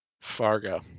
Fargo